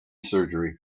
surgery